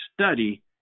study